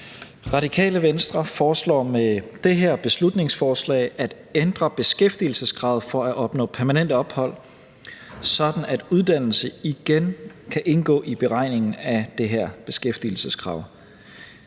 Radikale Venstre foreslår med det her beslutningsforslag at ændre beskæftigelseskravet for at opnå permanent ophold, sådan at uddannelse igen kan indgå i beregningen af det her beskæftigelseskrav.